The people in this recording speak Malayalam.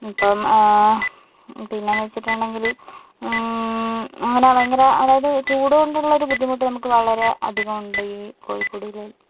ഇപ്പോൾ പിന്നെയെന്ന് വച്ചിട്ടുണ്ടെങ്കിൽ അങ്ങനെ ഭയങ്കര അതായത് ചൂട് കൊണ്ടുള്ള ഒരു ബുദ്ധിമുട്ട് നമുക്ക് വളരെ അധികം ഉണ്ട് ഈ കോഴിക്കോട് ജില്ലയിൽ